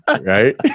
Right